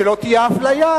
שלא תהיה אפליה,